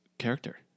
character